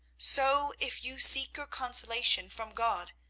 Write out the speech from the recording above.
so if you seek your consolation from god,